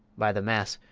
by the mass!